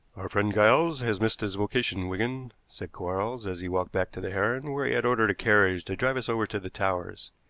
our friend giles has missed his vocation, wigan, said quarles, as he walked back to the heron, where he had ordered a carriage to drive us over to the towers